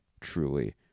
truly